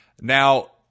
Now